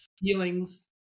feelings